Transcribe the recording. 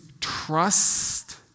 trust